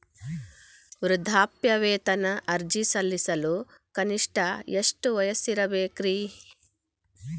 ವೃದ್ಧಾಪ್ಯವೇತನ ಅರ್ಜಿ ಸಲ್ಲಿಸಲು ಕನಿಷ್ಟ ಎಷ್ಟು ವಯಸ್ಸಿರಬೇಕ್ರಿ?